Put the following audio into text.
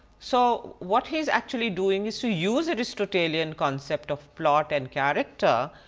so what he's actually doing is to use aristotelian concept of plot and character,